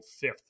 fifth